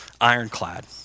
Ironclad